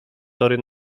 tory